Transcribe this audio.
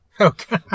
Okay